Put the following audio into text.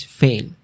fail